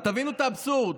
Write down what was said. תבינו את האבסורד,